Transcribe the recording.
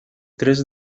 tres